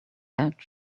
edge